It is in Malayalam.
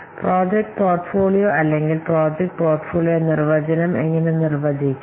പ്രോജക്റ്റ് പോർട്ട്ഫോളിയോ അല്ലെങ്കിൽ പ്രോജക്റ്റ് പോർട്ട്ഫോളിയോ നിർവചനം എങ്ങനെ നിർവചിക്കാം